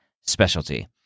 specialty